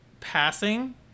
passing